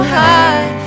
high